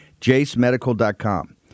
JaceMedical.com